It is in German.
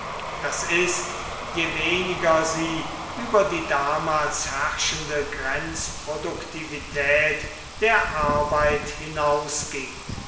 das ist je weniger sie über die damals herrschende grenzproduktivität der arbeit hinausging